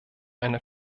eine